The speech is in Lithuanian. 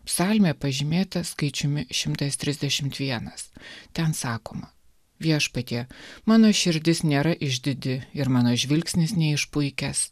psalmė pažymėta skaičiumi šimtas trisdešimt vienas ten sakoma viešpatie mano širdis nėra išdidi ir mano žvilgsnis neišpuikęs